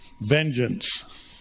vengeance